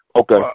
Okay